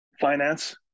finance